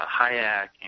Hayek